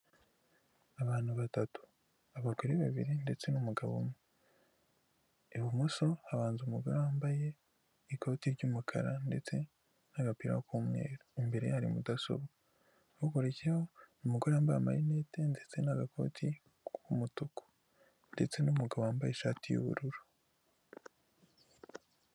Abantu batatu, abagore babiri ndetse n'umugabo umwe, ibumoso habanza umugore wambaye ikoti ry'umukara ndetse n'agapira k'umweru imbere hari mudasobwa hakurikiyeho umugore yambaye amarinete ndetse n'agakoti k'umutuku ndetse n'umugabo wambaye ishati y'ubururu.